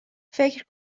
فکر